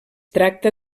tracta